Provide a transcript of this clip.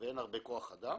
ואין הרבה כוח אדם